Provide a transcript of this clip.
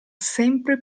sempre